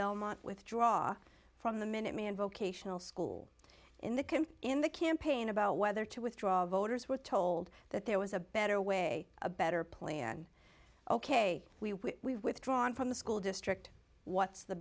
belmont withdraw from the minuteman vocational school in the can in the campaign about whether to withdraw voters were told that there was a better way a better plan ok we withdrawing from the school district what's the